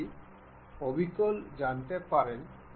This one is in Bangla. আপনি এই দুটির অক্ষ দেখতে পারেন